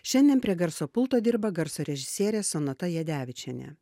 šiandien prie garso pulto dirba garso režisierė sonata jadevičienė